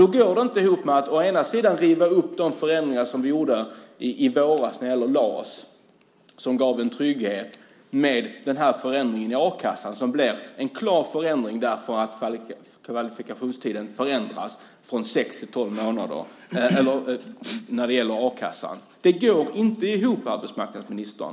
Det går inte ihop att å ena sidan riva upp de förändringar som gjordes i våras när det gäller LAS och som gav en trygghet, å andra sidan göra den här förändringen av a-kassan. Det blev en klar förändring i och med att kvalifikationstiden förändrades från sex till tolv månader när det gäller a-kassan. Det går inte ihop, arbetsmarknadsministern!